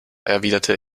erwiderte